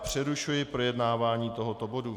Přerušuji projednávání tohoto bodu.